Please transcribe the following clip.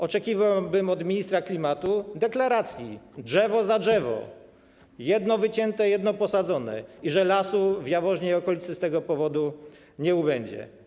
Oczekiwałbym od ministra klimatu deklaracji: drzewo za drzewo, jedno wycięte, jedno posadzone, deklaracji, że lasu w Jaworznie i okolicy z tego powodu nie ubędzie.